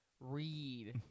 read